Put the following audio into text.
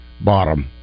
bottom